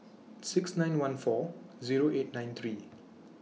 six nine one four Zero eight nine three